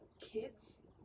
kids